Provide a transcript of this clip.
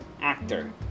actor